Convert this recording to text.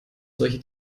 solche